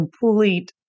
complete